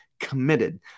committed